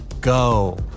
go